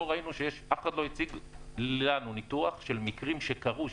אף אחד לא הציג לנו ניתוח של מקרים שקרו,